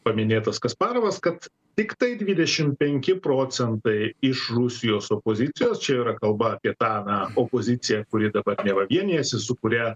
paminėtas kasparovas kad tiktai dvidešimt penki procentai iš rusijos opozicijos čia yra kalba apie tą na opoziciją kuri dabar neva vienijasi su kuria